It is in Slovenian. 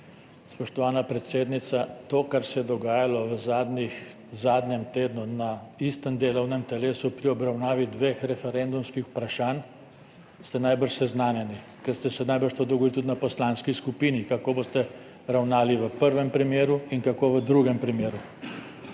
Spoštovana predsednica. To kar se je dogajalo v zadnjem tednu na istem delovnem telesu pri obravnavi dveh referendumskih vprašanj, ste najbrž seznanjeni, ker ste se najbrž to dogovorili tudi na poslanski skupini, kako boste ravnali v prvem primeru in kako v drugem primeru.